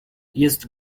jest